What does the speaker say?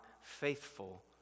faithful